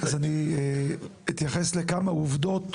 אני אתייחס לכמה עובדות,